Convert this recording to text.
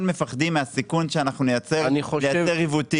מפחדים מהסיכון שאנחנו נייצר עיוותים.